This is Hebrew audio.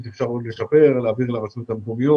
יש עוד מה לשפר להעביר סמכויות לרשויות המקומיות,